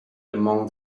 among